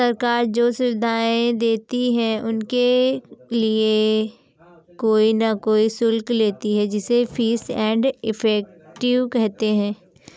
सरकार जो सुविधाएं देती है उनके लिए कोई न कोई शुल्क लेती है जिसे फीस एंड इफेक्टिव कहते हैं